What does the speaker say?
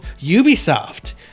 Ubisoft